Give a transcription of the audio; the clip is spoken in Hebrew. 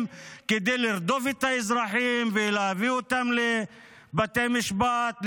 כדי לרדוף את האזרחים ולהביא אותם לבתי משפט,